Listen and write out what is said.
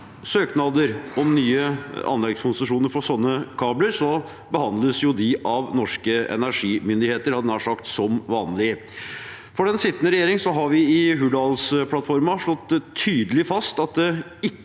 søknader om nye anleggskonsesjoner for sånne kabler, behandles de av norske energimyndigheter, jeg hadde nær sagt som vanlig. For den sittende regjerings del har vi i Hurdalsplattformen slått tydelig fast at det ikke